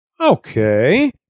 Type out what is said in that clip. Okay